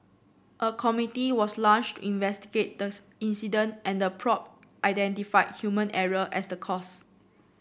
a committee was launched to investigate the incident and the probe identified human error as the cause